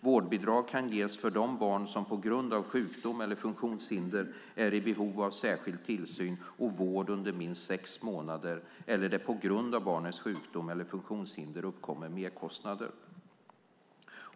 Vårdbidrag kan ges för de barn som på grund av sjukdom eller funktionshinder är i behov av särskild tillsyn och vård under minst sex månader eller när det på grund av barnets sjukdom eller funktionshinder uppkommer merkostnader.